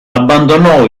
abbandonò